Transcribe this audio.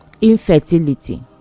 infertility